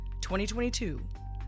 2022